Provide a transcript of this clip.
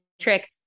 trick